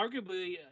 arguably